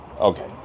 Okay